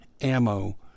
ammo